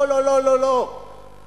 לא, לא, לא, לא, לא.